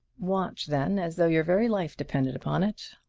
watch, then, as though your very life depended upon it!